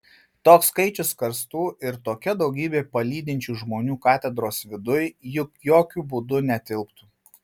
toks skaičius karstų ir tokia daugybė palydinčių žmonių katedros viduj juk jokiu būdu netilptų